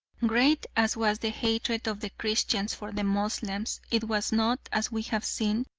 great as was the hatred of the christians for the moslems it was not, as we have seen,